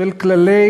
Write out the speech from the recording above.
של כללי